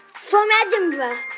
from edinburgh.